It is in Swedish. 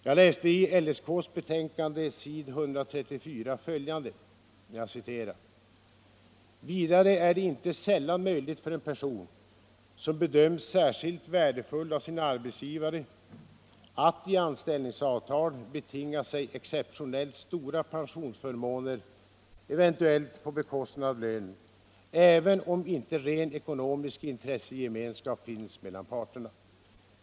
Jag läste i livförsäkringsskattekommitténs betänkande på s. 134 följande: ”Vidare är det inte sällan möjligt för en person, som bedöms särskilt värdefull av sin arbetsgivare, att i anställningsavtal betinga sig exceptionellt stora pensionsförmåner, eventuellt på bekostnad av lönen, även om inte ren ekonomisk intressegemenskap finns mellan parterna.